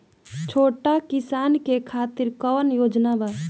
छोटा किसान के खातिर कवन योजना बा?